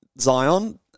Zion